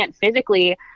physically